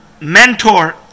mentor